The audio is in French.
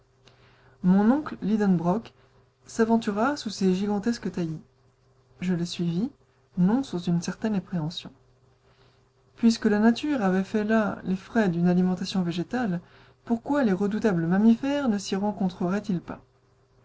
mon oncle lidenbrock s'aventura sous ces gigantesques taillis je le suivis non sans une certaine appréhension puisque la nature avait fait là les frais d'une alimentation végétale pourquoi les redoutables mammifères ne s'y rencontreraient ils pas